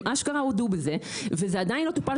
הם אשכרה הודו בזה וזה עדיין לא טופל,